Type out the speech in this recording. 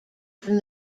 from